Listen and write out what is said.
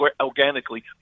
organically